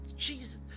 Jesus